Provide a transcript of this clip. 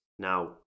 Now